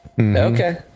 Okay